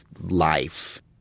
life